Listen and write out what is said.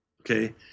Okay